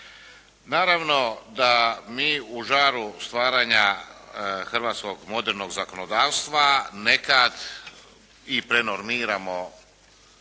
Naravno da mi u žaru stvaranja hrvatskog modernog zakonodavstva nekad i prenormiramo